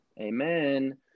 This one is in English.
Amen